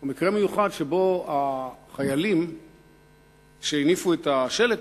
מקרה מיוחד שבו החיילים שהניפו את השלט